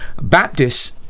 Baptists